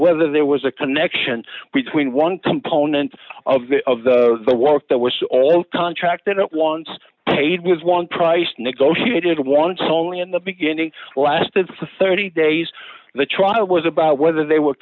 whether there was a connection between one component of the of the the work that was all contracted at once paid was one dollar price negotiated wants only in the beginning lasted for thirty days the trial was about whether they were